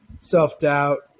self-doubt